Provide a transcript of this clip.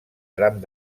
tram